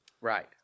right